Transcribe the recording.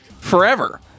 forever